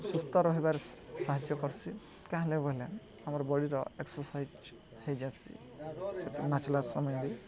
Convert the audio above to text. ସୁସ୍ଥ ରହିବାରେ ସାହାଯ୍ୟ କର୍ସି କାଁହେଲେ ବୋଇଲେ ଆମର ବଡ଼ିର ଏକ୍ସର୍ସାଇଜ୍ ହୋଇଯାସି ନାଚ୍ଲା ସମୟରେ